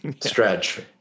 stretch